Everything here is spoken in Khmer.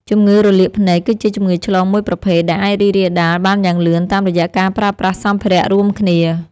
ជំងឺរលាកភ្នែកគឺជាជំងឺឆ្លងមួយប្រភេទដែលអាចរីករាលដាលបានយ៉ាងលឿនតាមរយៈការប្រើប្រាស់សម្ភារៈរួមគ្នា។